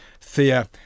Thea